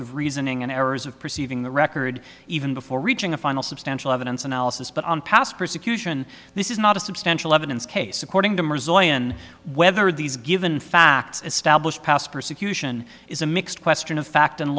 of reasoning and errors of perceiving the record even before reaching a final substantial evidence analysis but on past persecution this is not a substantial evidence case according to whether these given facts established past persecution is a mixed question of fact